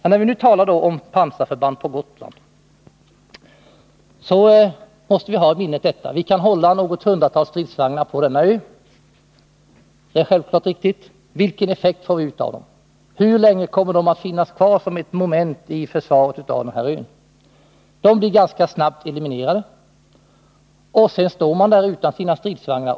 När vi nu talar om pansarförband på Gotland, måste vi ha i minnet: vi kan hålla något hundratal stridsvagnar på denna ö — det är riktigt. Vilken effekt får vi ut av dem? Hur länge kommer de att finnas kvar som en del i försvaret av denna ö? De blir ganska snabbt eliminerade, och sedan står man där utan sina stridsvagnar.